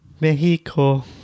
Mexico